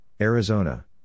Arizona